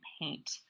paint